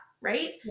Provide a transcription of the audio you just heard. Right